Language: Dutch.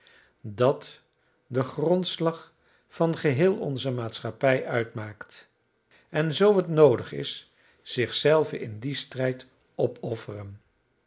dat den grondslag van geheel onze maatschappij uitmaakt en zoo het noodig is zichzelven in dien strijd opofferen